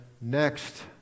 next